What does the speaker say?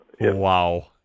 Wow